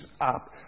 up